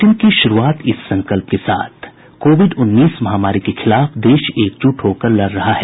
bulletin की शुरूआत इस संकल्प के साथ कोविड उन्नीस महामारी के खिलाफ देश एकजुट होकर लड़ रहा है